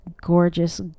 gorgeous